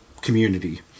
community